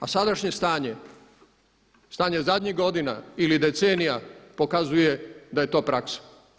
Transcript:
A sadašnje stanje, stanje zadnjih godina ili decenija pokazuje da je to praksa.